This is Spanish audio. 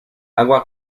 agua